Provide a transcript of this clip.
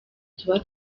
tuba